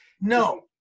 No